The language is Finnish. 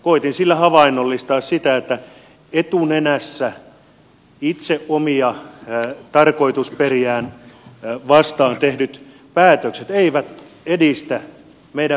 koetin sillä havainnollistaa sitä että etunenässä itse omia tarkoitusperiään vastaan tehdyt päätökset eivät edistä meidän vientiteollisuutemme asemaa